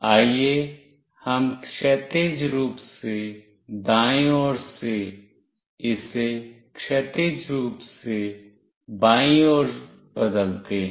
आइए हम क्षैतिज रूप से दाएं और से इसे क्षैतिज रूप से बाईं ओर बदलते हैं